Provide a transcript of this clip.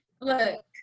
look